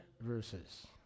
verses